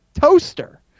toaster